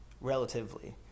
Relatively